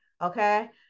okay